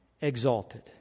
exalted